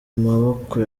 maboko